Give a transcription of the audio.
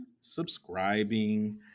subscribing